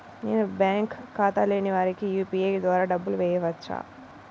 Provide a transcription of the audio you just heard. నేను బ్యాంక్ ఖాతా లేని వారికి యూ.పీ.ఐ ద్వారా డబ్బులు వేయచ్చా?